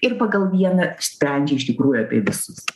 ir pagal vieną sprendžia iš tikrųjų apie visus